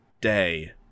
day